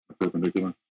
perpendicular